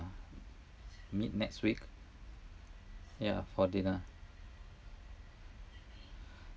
mid next week yeah for dinner